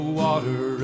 water